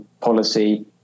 policy